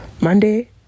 Monday